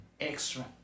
extra